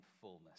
fullness